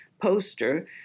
poster